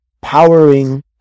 powering